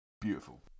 Beautiful